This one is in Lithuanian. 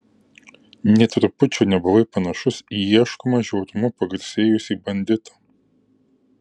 nė trupučio nebuvai panašus į ieškomą žiaurumu pagarsėjusį banditą